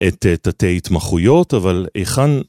‫את תתי התמחויות, אבל היכן...